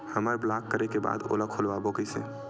हमर ब्लॉक करे के बाद ओला खोलवाबो कइसे?